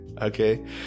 okay